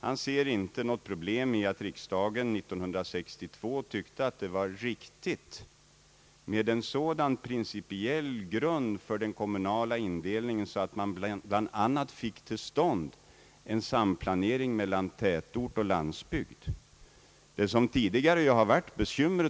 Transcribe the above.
Han ser inte något problem i att riksdagen 1962 tyckte att det var riktigt att få en sådan principiell grund för den kommunala indelningen, att man fick till stånd bl.a. en samplanering mellan tätort och landsbygd och att denna samplanering nu dröjer i många bygder.